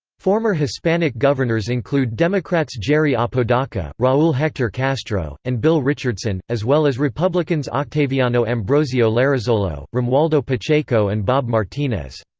former hispanic governors include democrats jerry apodaca, raul hector castro, and bill richardson, as well as republicans octaviano ambrosio larrazolo, romualdo pacheco and bob martinez.